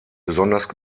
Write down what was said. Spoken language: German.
besonders